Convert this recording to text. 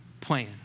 plan